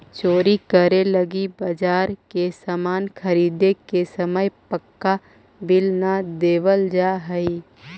चोरी करे लगी बाजार से सामान ख़रीदे के समय पक्का बिल न लेवल जाऽ हई